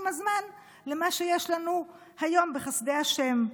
עם הזמן למה שיש לנו היום בחסדי השם.